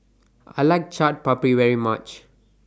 I like Chaat Papri very much